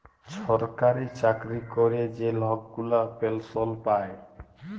ছরকারি চাকরি ক্যরে যে লক গুলা পেলসল পায়